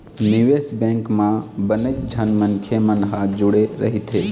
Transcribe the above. निवेश बेंक म बनेच झन मनखे मन ह जुड़े रहिथे